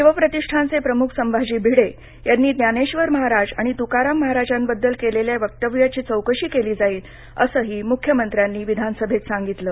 शिवप्रतिष्ठानचे प्रम्ख संभाजी भिडे यांनी ज्ञानेश्वर महाराज आणि त्काराम महाराजांबद्दल केलेल्या वक्तव्याची चौकशी केली जाईल असंही म्ख्यमंत्र्यांनी विधानसभेत सांगितल